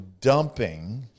dumping